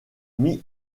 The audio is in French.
mis